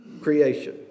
creation